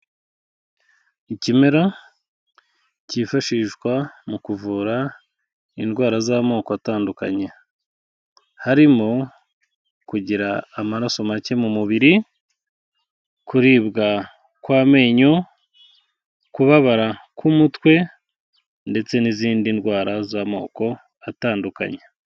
Ikimera cyifashishwa mu kuvura indwara z'amoko atandukanye. Harimo kugira amaraso make mu mubiri, kuribwa kw'amenyo, kubabara k'umutwe ndetse n'izindi ndwara z'amoko atandukanye.